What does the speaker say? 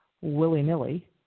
willy-nilly